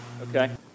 okay